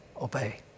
obey